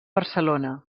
barcelona